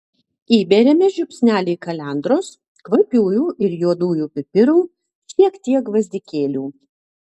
įberiame žiupsnelį kalendros kvapiųjų ir juodųjų pipirų šiek tiek gvazdikėlių